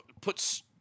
puts